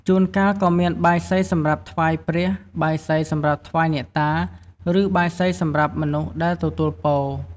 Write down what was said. ជួនកាលក៏មានបាយសីសម្រាប់ថ្វាយព្រះ បាយសីសម្រាប់ថ្វាយអ្នកតា ឬបាយសីសម្រាប់មនុស្សដែលទទួលពរ។